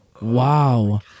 Wow